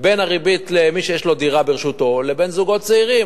בין הריבית למי שיש לו דירה ברשותו לבין זוגות צעירים,